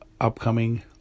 upcoming